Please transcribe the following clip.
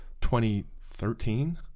2013